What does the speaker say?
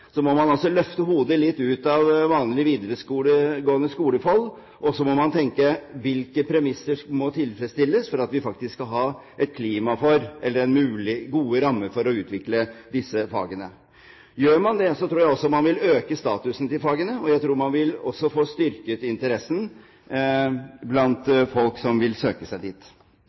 må man løfte hodet litt ut av vanlig videregående skole-fold og tenke: Hvilke premisser må tilfredsstilles for at vi faktisk skal ha et klima, eller gode rammer, for å utvikle disse fagene? Gjør man det, tror jeg også man vil øke statusen til fagene, og jeg tror man vil få styrket interessen blant folk som vil søke seg dit.